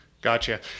Gotcha